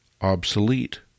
obsolete